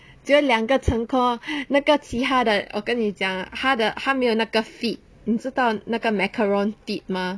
只有两个成功那个其他的我跟你讲他的他没有那个 feet 你知道那个 macarons feet 吗